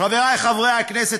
חברי חברי הכנסת,